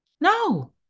No